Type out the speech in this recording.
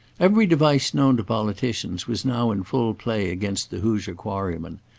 every device known to politicians was now in full play against the hoosier quarryman.